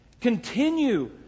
Continue